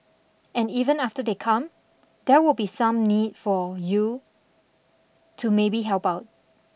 and even after they come there will be some need for you to maybe help out